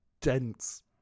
dense